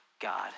God